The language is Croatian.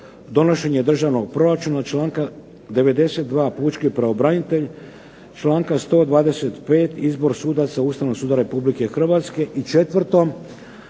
donošenje državnog proračuna. Članka 92. pučki pravobranitelj. Članka 125. izbor sudaca Ustavnog suda Republike Hrvatske. I četvrto.